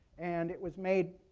and it was made